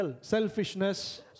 selfishness